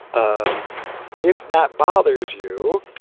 um if that bothers you,